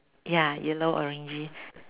ya yellow orangey